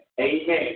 Amen